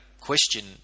question